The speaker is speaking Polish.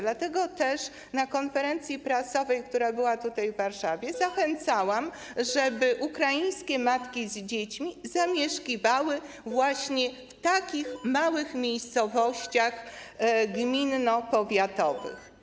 Dlatego też na konferencji prasowej, która była tutaj, w Warszawie, zachęcałam, żeby ukraińskie matki z dziećmi zamieszkiwały właśnie w takich małych miejscowościach gminno-powiatowych.